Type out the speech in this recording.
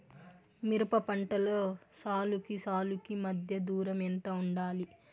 మిరప పంటలో సాలుకి సాలుకీ మధ్య దూరం ఎంత వుండాలి?